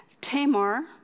Tamar